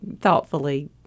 thoughtfully